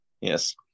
yes